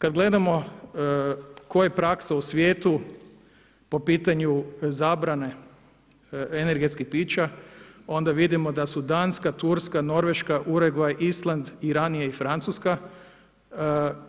Kad gledamo koja je praksa u svijetu po pitanju zabrane energetskih pića, onda vidimo da su Danska, Turska, Norveška, Urugvaj, Island i ranije i Francuska